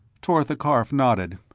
tortha karf nodded.